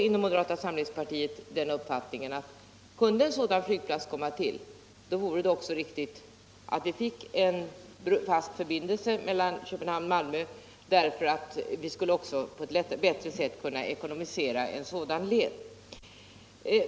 Inom moderata samlingspartiet har vi hyst den uppfattningen, att kunde en sådan flygplats komma till stånd, vore det också riktigt med en fast förbindelse mellan Köpenhamn och Malmö, eftersom man då på ett bättre sätt skulle kunna ekonomisera en sådan led.